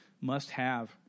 must-have